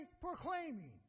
proclaiming